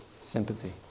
sympathy